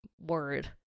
word